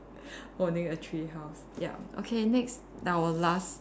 owning a tree house ya okay next our last